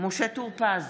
משה טור פז,